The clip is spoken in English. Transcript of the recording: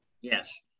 Yes